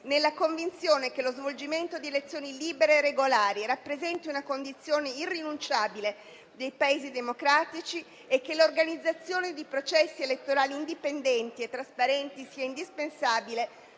nella convinzione che lo svolgimento di elezioni libere e regolari rappresenti una condizione irrinunciabile dei Paesi democratici e che l'organizzazione di processi elettorali indipendenti e trasparenti sia indispensabile